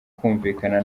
kumvikana